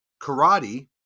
karate